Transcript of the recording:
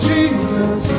Jesus